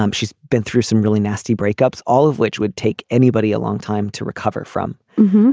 um she's been through some really nasty breakups all of which would take anybody a long time to recover from.